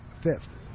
fifth